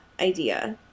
idea